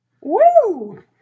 Woo